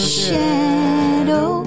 shadow